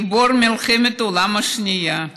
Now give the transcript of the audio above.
גיבור מלחמת העולם השנייה.